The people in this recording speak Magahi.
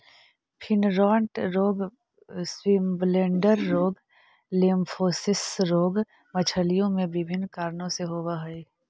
फिनराँट रोग, स्विमब्लेडर रोग, लिम्फोसिस्टिस रोग मछलियों में विभिन्न कारणों से होवअ हई